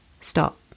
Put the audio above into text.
Stop